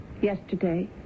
Yesterday